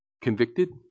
convicted